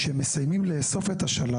כשהם מסיימים לאסוף את השלל